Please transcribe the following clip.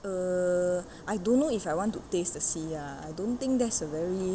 err I don't know if I want to taste the sea ah I don't think there's a very